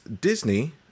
disney